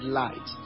light